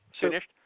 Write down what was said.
Finished